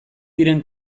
diren